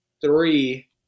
Three